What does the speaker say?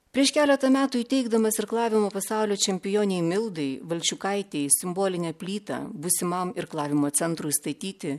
prieš keletą metų įteikdamas irklavimo pasaulio čempionei mildai valčiukaitei simbolinę plytą būsimam irklavimo centrui statyti